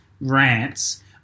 rants